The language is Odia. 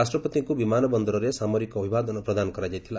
ରାଷ୍ଟ୍ରପତିଙ୍କୁ ବିମାନ ବନ୍ଦରରେ ସାମରିକ ଅଭିବାଦନ ପ୍ରଦାନ କରାଯାଇଥିଲା